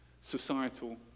societal